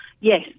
Yes